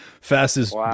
fastest